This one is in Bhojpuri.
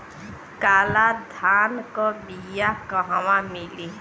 काला धान क बिया कहवा मिली?